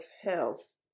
health